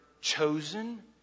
chosen